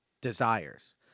desires